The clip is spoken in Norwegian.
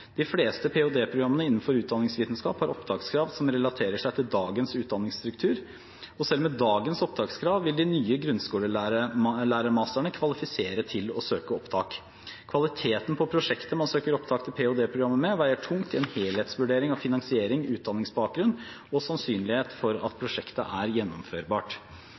De fleste ph.d.-programmene innenfor utdanningsvitenskap har opptakskrav som relaterer seg til dagens utdanningsstruktur, og selv med dagens opptakskrav vil de nye grunnskolelærermasterne kvalifisere til å søke opptak. Kvaliteten på prosjektet man søker opptak til ph.d.-programmet med, veier tungt i en helhetsvurdering av finansiering, utdanningsbakgrunn og sannsynlighet for at prosjektet er gjennomførbart.